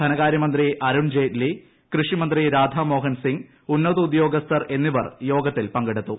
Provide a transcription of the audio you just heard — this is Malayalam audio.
ധനകാര്യമന്ത്രി അരുൺ ജെയ്റ്റ്ലി കൃഷിമന്ത്രി രാധാമോഹൻ സിംഗ് ഉന്നത ഉദ്യോഗസ്ഥർ എന്നിവർ യോഗത്തിൽ പങ്കെടുത്തു